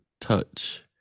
touch